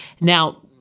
now